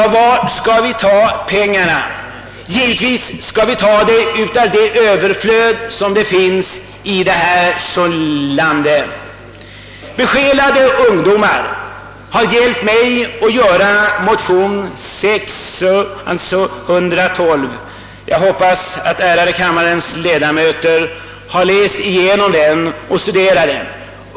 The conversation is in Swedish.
Ja, var skall vi tar pengarna? Givetvis skall vi ta dem från det överflöd som finns i detta land. Besjälade ungdomar har hjälpt mig att skriva motion 612 som jag hoppas att kammarens ärade ledamöter har studerat.